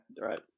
right